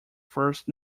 first